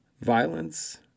violence